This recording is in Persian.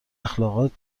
اخلاقات